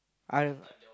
I don't know